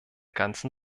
ganzen